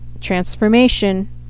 transformation